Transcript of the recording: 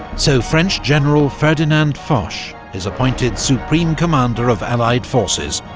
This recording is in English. so french general ferdinand foch is appointed supreme commander of allied forces,